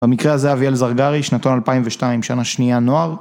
במקרה הזה אביאל זרגרי, שנתון 2002, שנה שנייה נוער.